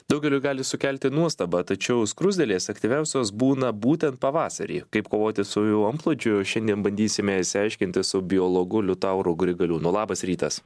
daugeliui gali sukelti nuostabą tačiau skruzdėlės aktyviausios būna būtent pavasarį kaip kovoti su jų antplūdžiu šiandien bandysime išsiaiškinti su biologu liutauru grigaliūnu labas rytas